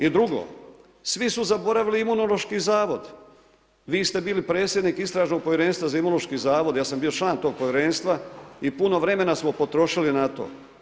I drugo svi su zaboravili Imunološki zavod, vi ste bili predsjednik Istražnog povjerenstva za Imunološki zavod, ja sam bio član tog povjerenstva i puno vremena smo potrošili na to.